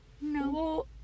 No